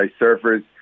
Surfers